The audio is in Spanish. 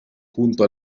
junto